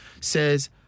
says